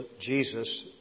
Jesus